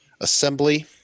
Assembly